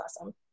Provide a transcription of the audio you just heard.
awesome